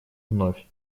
вновь